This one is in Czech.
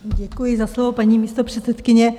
Děkuji za slovo, paní místopředsedkyně.